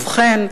ובכן,